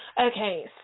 Okay